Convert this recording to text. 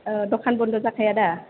औ दखान बन्द' जाखाया दा